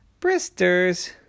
Bristers